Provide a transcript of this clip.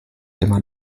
immer